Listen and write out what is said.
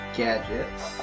gadgets